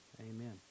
Amen